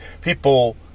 people